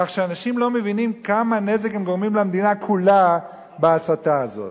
כך שאנשים לא מבינים כמה נזק הם גורמים למדינה כולה בהסתה הזאת.